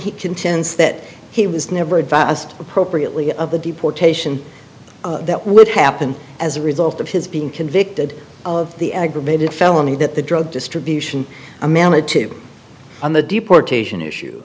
he contends that he was never a vast appropriately of the deportation that would happen as a result of his being convicted of the aggravated felony that the drug distribution amana to on the deportation issue